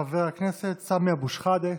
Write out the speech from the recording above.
סמי אבו שחאדה,